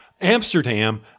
Amsterdam